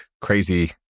crazy